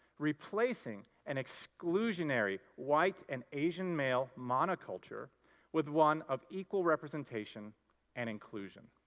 replacing an exclusionary, white and asian male monoculture with one of equal representation and inclusion.